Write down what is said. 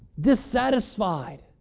dissatisfied